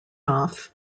off